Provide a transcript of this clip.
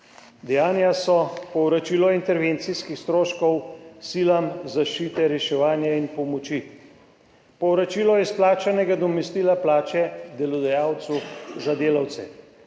Dejanja so povračila intervencijskih stroškov silam zaščite, reševanja in pomoči, povračilo izplačanega nadomestila plače delodajalcu za delavce,